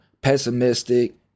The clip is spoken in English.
pessimistic